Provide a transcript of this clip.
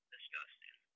Disgusting